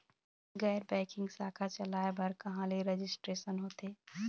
गैर बैंकिंग शाखा चलाए बर कहां ले रजिस्ट्रेशन होथे?